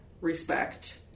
respect